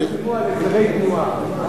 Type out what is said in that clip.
דיברו על הסדרי תנועה.